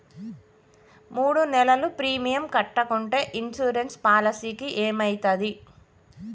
మూడు నెలలు ప్రీమియం కట్టకుంటే ఇన్సూరెన్స్ పాలసీకి ఏమైతది?